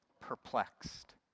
perplexed